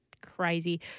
crazy